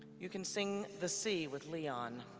you can sing the c with leon.